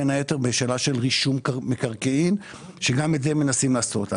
בין היתר בשאלה של רישום מקרקעין שגם את זה מנסים לעשות.